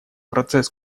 процесс